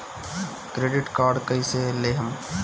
Credit card कईसे लेहम?